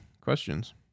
questions